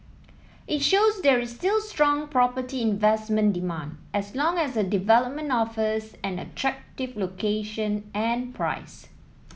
it shows there is still strong property investment demand as long as a development offers an attractive location and price